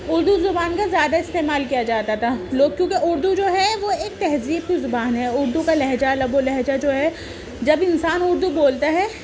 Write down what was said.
اردو زبان کا زیادہ استعمال کیا جاتا تھا لوگ کیونکہ اردو جو ہے وہ ایک تہذیب کی زبان ہے اردو کا لہجہ لب و لہجہ جو ہے جب انسان اردو بولتا ہے